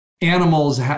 animals